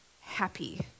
happy